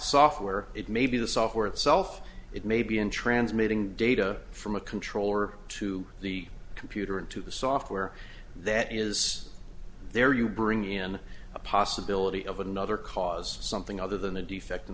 software or it may be the software itself it may be in transmitting data from a controller to the computer and to the software that is there you bring in the possibility of another cause something other than a defect in